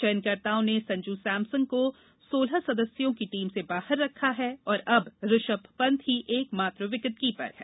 चयनकर्ताओं ने संजू सैमसन को सोलह सदस्यों की टीम से बाहर रखा है और अब ऋषभ पंत ही एक मात्र विकेटकीपर हैं